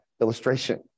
illustration